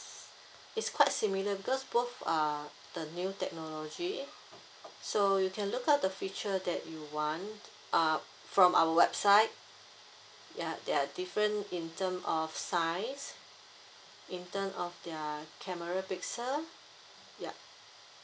is quite similar because both are the new technology so you can look up the feature that you want uh from our website ya they are different in term of size in term of their camera pixel yup